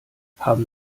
haben